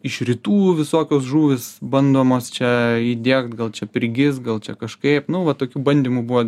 iš rytų visokios žuvys bandomos čia įdiegt gal čia prigis gal čia kažkaip nu va tokių bandymų buvo